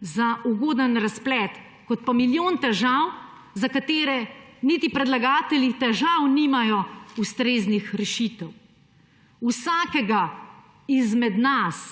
za ugoden razplet kot pa milijon težav, za katere niti predlagatelji težav nimajo ustreznih rešitev. Vsakega izmed nas